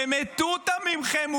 במטותא מכם,